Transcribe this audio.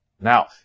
Now